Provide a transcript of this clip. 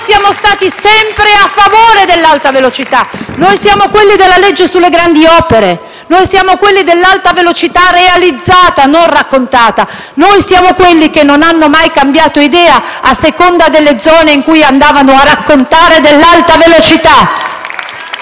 siamo stati sempre a favore dell'Alta velocità. Noi siamo quelli della legge sulle grandi opere. Noi siamo quelli dell'Alta velocità realizzata, non raccontata. Noi siamo quelli che non hanno mai cambiato idea a seconda delle zone in cui andavano a raccontare dell'Alta velocità.